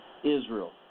Israel